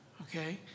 Okay